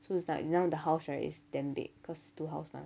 so it's like now the house right is damn big cause it's two house mah